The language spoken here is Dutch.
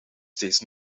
steeds